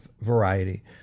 variety